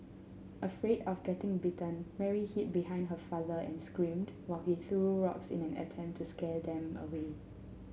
afraid of getting bitten Mary hid behind her father and screamed while he threw rocks in an attempt to scare them away